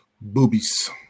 boobies